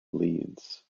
leeds